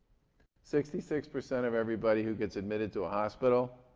sixty six percent of everybody who gets admitted to a hospital